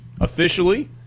officially